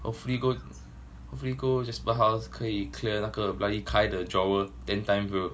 got free ghost free ghost go jasper house 可以 clear 那个 bloody kyle 的 drawer ten times bro